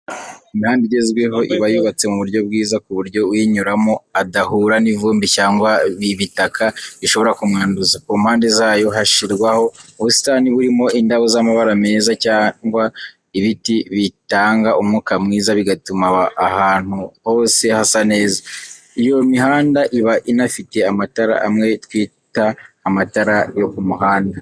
Imihanda igezweho iba yubatse mu buryo bwiza, ku buryo uyinyuramo adahura n'ivumbi cyangwa ibitaka bishobora kumwanduza. Ku mpande zayo, hashyirwaho ubusitani burimo indabo z'amabara meza cyangwa ibiti bitanga umwuka mwiza, bigatuma ahantu hose hasa neza. Iyo mihanda iba inafite amatara amwe twita amatara yo ku muhanda.